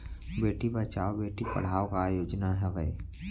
बेटी बचाओ बेटी पढ़ाओ का योजना हवे?